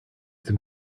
some